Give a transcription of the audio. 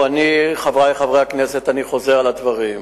חברי חברי הכנסת, אני חוזר על הדברים.